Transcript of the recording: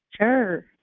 Sure